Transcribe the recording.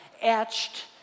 etched